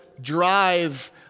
drive